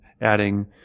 adding